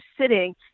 sitting